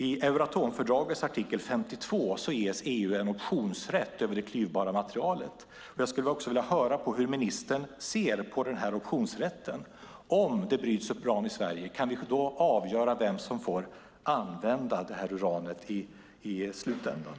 I Euroatomfördragets artikel 52 ges EU en optionsrätt över det klyvbara materialet. Jag skulle vilja höra hur ministern ser på optionsrätten. Om det bryts uran i Sverige - kan vi då avgöra vem som får använda uranet i slutändan?